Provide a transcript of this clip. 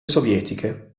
sovietiche